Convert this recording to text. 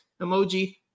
emoji